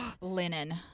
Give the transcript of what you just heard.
Linen